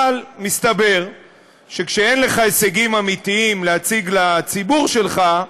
אבל מסתבר שכשאין לך הישגים אמיתיים להציג לציבור שלך,